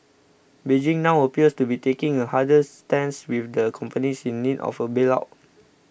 Beijing now appears to be taking a harder stance with the companies in need of a bail out